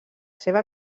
seva